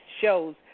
shows